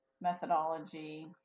methodology